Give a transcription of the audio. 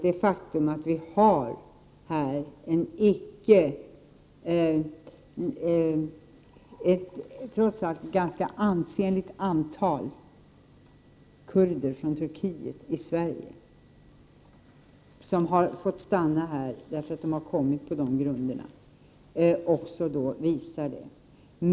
Det faktum att vi har ett trots allt ganska ansenligt antal kurder från Turkiet i Sverige som har fått stanna här för att de kommit på dessa grunder visar detta.